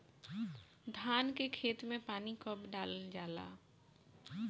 धान के खेत मे पानी कब डालल जा ला?